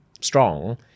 strong